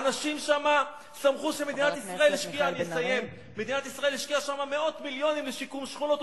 האנשים שם שמחו שמדינת ישראל השקיעה שם מאות מיליונים בשיקום שכונות,